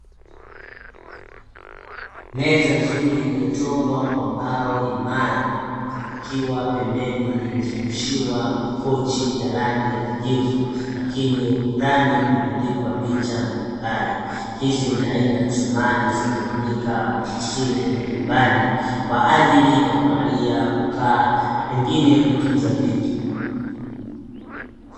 Meza nzuri iliyochongwa kwa mbao imara, ikiwa pembeni imezungushiwa makochi ya rangi ya kijivu lakini ukutani kumebandikwa picha mbalimbali. Hizi ni aina za samani zinazotumika maofisini majumbani kwa ajili ya kulalia ,kukaa na pengine kutunza vitu